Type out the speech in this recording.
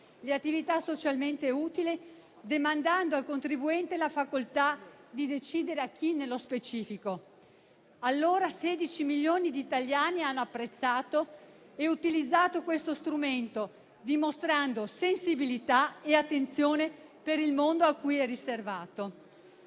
le attività socialmente utili, demandando al contribuente la facoltà di decidere a chi nello specifico. Sedici milioni di italiani hanno apprezzato ed utilizzato questo strumento, dimostrando sensibilità e attenzione per il mondo cui è riservato.